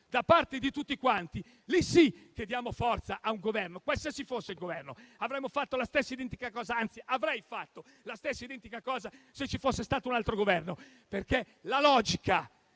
da parte di tutti quanti, allora sì che diamo forza a un Governo, qualsiasi fosse. Avremmo fatto la stessa identica cosa, anzi avrei fatto la stessa identica cosa se ci fosse stato un altro Governo, perché la logica